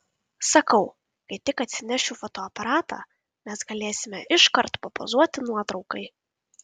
sakau kai tik atsinešiu fotoaparatą mes galėsime iškart papozuoti nuotraukai